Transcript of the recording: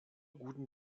guten